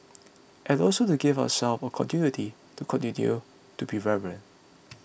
and also to give ourselves a continuity to continue to be relevant